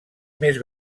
més